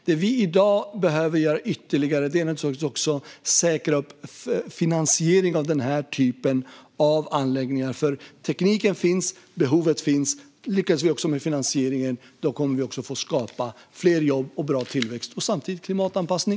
Det vi behöver göra ytterligare är att säkra finansieringen av denna typ av anläggningar. Tekniken och behovet finns. Lyckas vi också med finansieringen kommer vi att få fler jobb, god tillväxt och dessutom klimatanpassning.